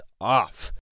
off